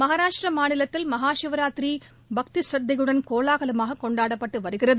மகாராஷிடிரா மாநிலத்தில் மகாசிவராத்திரி பக்தி சிரத்தையுட் கோலாகலமாக கொண்டாடப்பட்டு வருகிறது